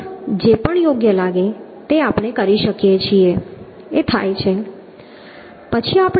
તેનો અર્થ જે પણ યોગ્ય લાગે તે આપણે કરી શકીએ છીએ એ થાય છે